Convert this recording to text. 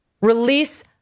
Release